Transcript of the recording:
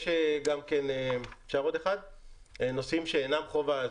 יש גם נושאים שאינם חובה.